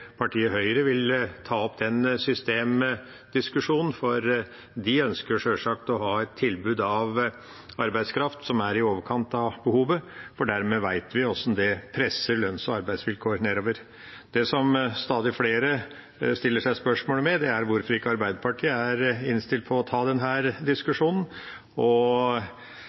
partiet Høyre vil ta opp den systemdiskusjonen, for de ønsker sjølsagt å ha et tilbud av arbeidskraft som er i overkant av behovet, og vi vet hvordan det presser lønns- og arbeidsvilkår nedover. Det som stadig flere setter spørsmålstegn ved, er hvorfor ikke Arbeiderpartiet er innstilt på å ta denne diskusjonen